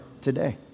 today